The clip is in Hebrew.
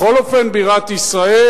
בכל אופן זו בירת ישראל,